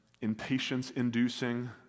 impatience-inducing